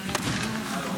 אני לא יודע.